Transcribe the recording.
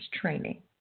training